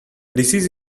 disease